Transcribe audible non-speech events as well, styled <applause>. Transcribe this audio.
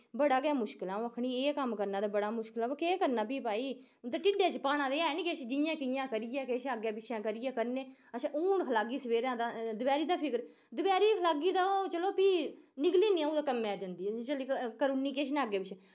बड़ा गै मुश्कल ऐ आ'ऊं आक्खनी एह् कम्म करना ते बड़ा मुश्कल ऐ अबो केह् करना फ्ही भाई उं'दे ढिड्डै च पाना ते ऐ नि किश जियां कि'यां करियै किश अग्गें पिच्छे करियै करने अच्छा हून खलागी सबेरे ते दपैह्री दा फिकर दपैह्री खलागी तां चलो फ्ही निकली जन्नी आ'ऊं कुदै कम्मै'र जंदी <unintelligible> करी होन्नी किश ना अग्गें पिच्छें